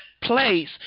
place